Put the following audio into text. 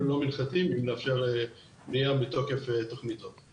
יהיו ללא מנחתים אם נאפשר בנייה בתוקף תכנית זאת.